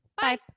bye